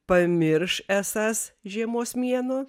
pamirš esąs žiemos mėnuo